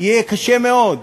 יהיה קשה מאוד לעשות זאת,